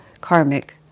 karmic